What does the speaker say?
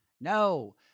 No